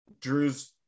Drew's